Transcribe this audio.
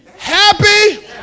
Happy